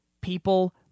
People